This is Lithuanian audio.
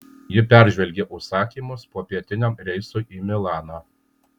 ji peržvelgė užsakymus popietiniam reisui į milaną